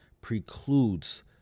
precludes